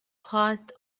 post